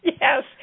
Yes